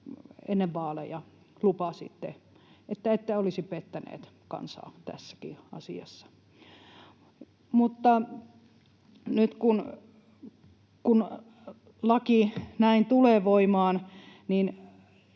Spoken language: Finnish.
ennen vaaleja lupasitte, että ette olisi pettäneet kansaa tässäkin asiassa. Nyt kun laki näin tulee voimaan,